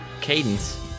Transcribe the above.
cadence